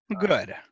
Good